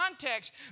context